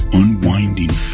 unwinding